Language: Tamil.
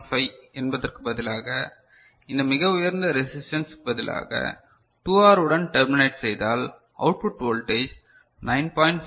6875 என்பதற்கு பதிலாக இந்த மிக உயர்ந்த ரெசிஸ்டன்ஸ் பதிலாக 2R உடன் டெர்மினேட் செய்தால் அவுட்புட் வோல்டேஜ் 9